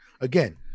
again